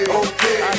okay